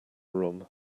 room